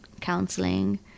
counseling